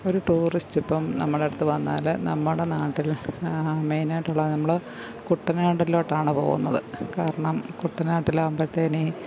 ഒരു ടൂറിസ്റ്റിപ്പോള് നമ്മളുട അടുത്ത് വന്നാല് നമ്മുടെ നാട്ടിൽ മെയിനായിട്ടുള്ള നമ്മള് കുട്ടനാടിലോട്ടാണ് പോവുന്നത് കാരണം കുട്ടനാട്ടിലാവുമ്പഴത്തേനേ